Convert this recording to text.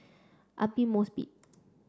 Aidli Mosbit